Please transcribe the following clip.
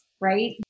right